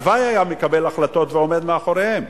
הלוואי שהיה מקבל החלטות ועומד מאחוריהן.